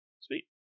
Sweet